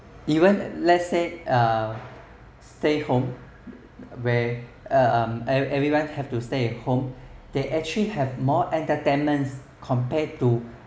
even let's say uh stay home where um every everyone have to stay at home they actually have more entertainment compared to